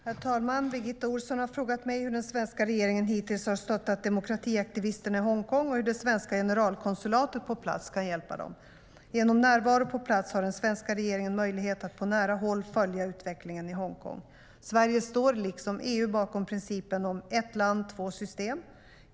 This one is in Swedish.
Herr talman! Birgitta Ohlsson har frågat mig hur den svenska regeringen hittills har stöttat demokratiaktivisterna i Hongkong och hur det svenska generalkonsulatet på plats kan hjälpa dem. Genom närvaro på plats har den svenska regeringen möjlighet att på nära håll följa utvecklingen i Hongkong. Sverige står, liksom EU, bakom principen om ett-land-två-system.